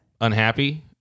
unhappy